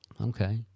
Okay